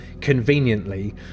Conveniently